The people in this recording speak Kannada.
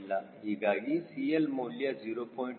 ಹೀಗಾಗಿ CL ಮೌಲ್ಯ 0